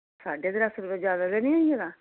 साढे त्रै सौ रपेआ ज्यादा ते निं होई गेदा